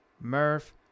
murph